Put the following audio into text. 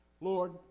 Lord